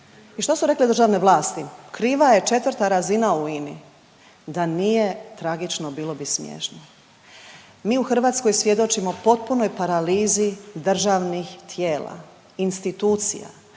I što su rekla državne vlasti? Kriva je četvrta razina u INI. Da nije tragično bilo bi smiješno. Mi u Hrvatskoj svjedočimo potpunoj paralizi državnih tijela, institucija,